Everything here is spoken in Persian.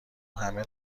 همه